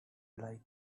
like